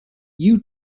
you